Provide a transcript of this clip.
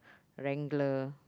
wrangler